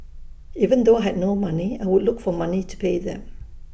even though had no money I would look for money to pay them